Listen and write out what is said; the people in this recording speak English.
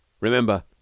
Remember